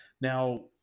now